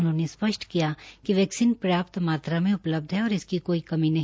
उन्होंने स्पष्ट किया कि वैक्सीन पर्याप्त मात्रा में उपलब्ध है और इसकी कोई कमी नहीं